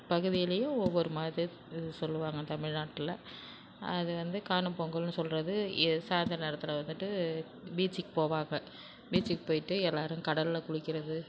பகுதியிலையும் ஒவ்வொரு மாதிரி இது சொல்லுவாங்கள் தமிழ்நாட்டில் அது வந்து காணும்பொங்கல்னு சொல்கிறது ஏ சாயந்தர நேரத்தில் வந்துட்டு பீச்சுக்கு போவாங்கள் பீச்சுக்கு போய்ட்டு எல்லாரும் கடல்ல குளிக்கிறது